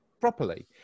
properly